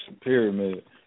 pyramid